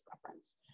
preference